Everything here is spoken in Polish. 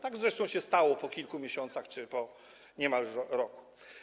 Tak zresztą się stało po kilku miesiącach czy po niemalże roku.